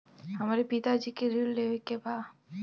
हमरे पिता जी के ऋण लेवे के बा?